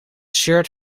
shirt